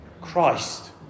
Christ